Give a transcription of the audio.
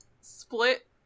split